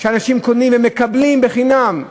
שאנשים קונים או מקבלים בחינם,